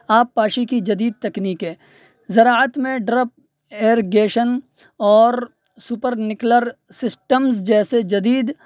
آب پاشی کی جدید تکنیکیں زراعت میں ڈرپ ایئرگیشن اور سپر نکلر سسٹمز جیسے جدید